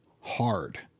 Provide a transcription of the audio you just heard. hard